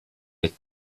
mit